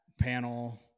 panel